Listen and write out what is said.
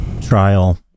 trial